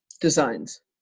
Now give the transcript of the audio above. designs